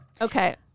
Okay